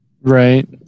Right